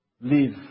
live